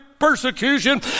Persecution